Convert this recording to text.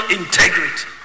integrity